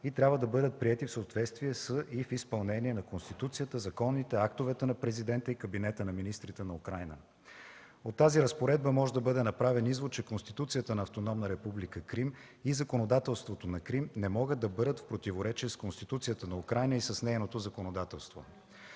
и трябва да бъдат приети в съответствие с и в изпълнение на Конституцията, законите, актовете на Президента и кабинета на министрите на Украйна. От тази разпоредба може да бъде направен извод, че Конституцията на Автономна република Крим и законодателството на Крим не могат да бъдат в противоречие с Конституцията на Украйна и с нейното законодателство.